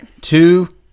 two